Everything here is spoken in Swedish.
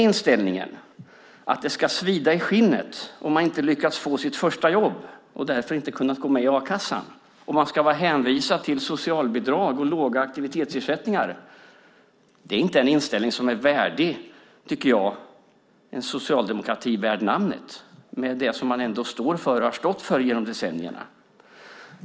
Inställningen att det ska svida i skinnet om man inte lyckas få sitt första jobb och därför inte har kunnat gå med i a-kassan och att man ska vara hänvisad till socialbidrag och låga aktivitetsersättningar är inte en inställning som är värdig en socialdemokrati värd namnet med det som man ändå står för och har stått för genom decennierna.